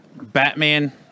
Batman